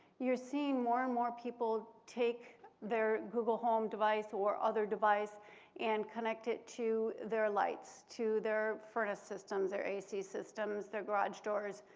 you're seeing more and more people take their google home device or other device and connect it to their lights, to their furnace systems, their ac systems, their garage doors,